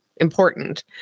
Important